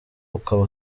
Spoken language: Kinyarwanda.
ukaba